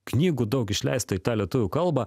knygų daug išleista į ta lietuvių kalbą